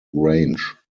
range